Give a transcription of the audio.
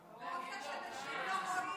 מרוב שיש אנשים לא רואים.